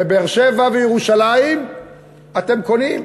בבאר-שבע ובירושלים אתם קונים,